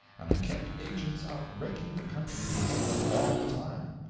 and i kept agents out raking the country for more, all the time.